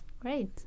great